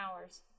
hours